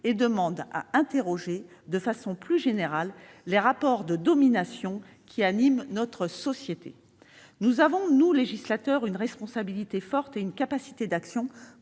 et nécessitent d'interroger de façon plus générale les rapports de domination qui animent notre société. Nous avons, nous, législateurs, une responsabilité forte et une capacité d'action